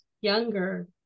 younger